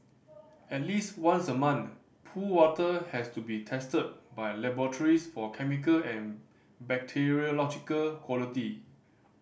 at least once a month pool water has to be tested by laboratories for chemical and bacteriological quality